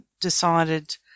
decided